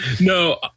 No